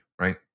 right